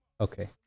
Okay